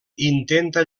intenta